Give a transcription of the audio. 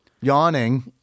Yawning